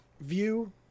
view